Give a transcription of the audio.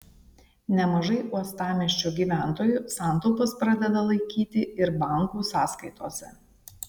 nemažai uostamiesčio gyventojų santaupas pradeda laikyti ir bankų sąskaitose